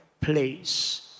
place